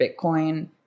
Bitcoin